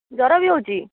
ଜ୍ୱର ବି ହେଉଛି